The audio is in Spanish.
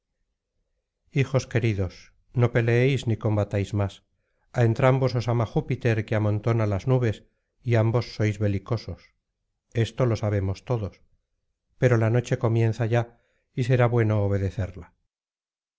hijos queridos no peleéis ni combatáis más á entrambos os ama júpiter que amontónalas nubes y ambos sois belicosos esto lo sabemos todos pero la noche comienza ya y será bueno obedecerla